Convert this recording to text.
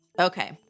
Okay